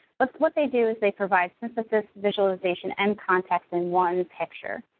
but what they do is they provide synthesis, visualization, and context in one picture.